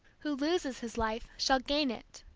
who loses his life shall gain it.